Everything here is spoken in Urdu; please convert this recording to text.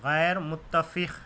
غیر متفق